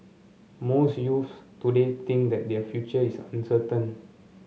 most youths today think that their future is uncertain